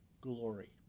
glory